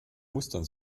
mustern